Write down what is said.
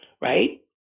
Right